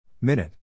Minute